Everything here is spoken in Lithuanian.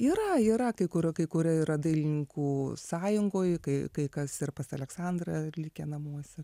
yra yra kai kur kai kurie yra dailininkų sąjungoj kai kai kas ir pas aleksandrą likę namuose